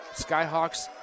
Skyhawks